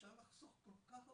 אפשר לחסוך כל כך הרבה.